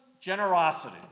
generosity